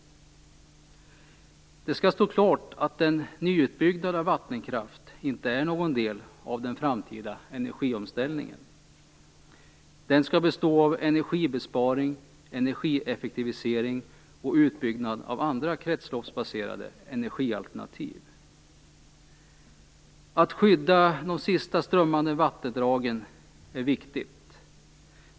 Det skall stå klart att en nyutbyggnad av vattenkraft inte är någon del av den framtida energiomställningen. Den skall bestå av energibesparing, energieffektivisering och utbyggnad av andra kretsloppsbaserade energialternativ. Att skydda de sista strömmande vattendragen är viktigt.